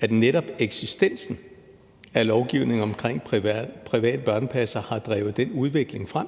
at netop eksistensen af lovgivningen omkring private børnepassere har drevet den udvikling frem.